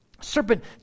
serpent